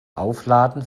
aufladen